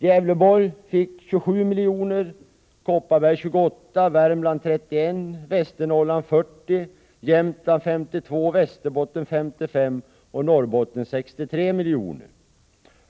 Gävleborg fick 27 miljoner, Kopparberg 28, Värmland 31, Västernorrland 40, Jämtland 52, Västerbotten 55 och Norrbotten 63 miljoner.